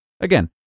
Again